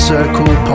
Circle